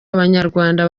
abanyarwanda